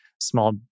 small